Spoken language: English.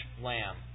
lamb